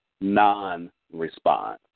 non-response